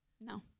No